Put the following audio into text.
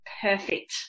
perfect